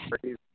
crazy